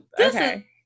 Okay